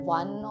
one